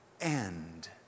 end